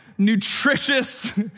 nutritious